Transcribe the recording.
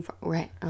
Right